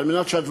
על מנת שהם